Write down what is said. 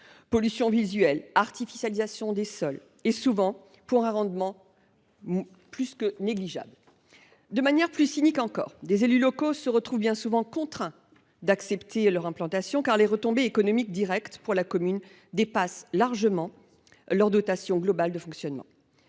pollution visuelle, artificialisation des sols, souvent pour un rendement plus que négligeable. Or, par une situation cynique, les élus locaux se retrouvent bien souvent contraints d’accepter leur implantation, les retombées économiques directes pour la commune dépassant largement leur dotation globale de fonctionnement.